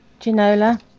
Ginola